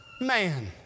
man